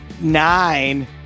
nine